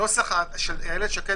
הנוסח של שקד